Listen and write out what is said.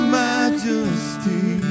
majesty